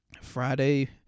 Friday